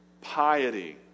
piety